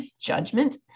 Judgment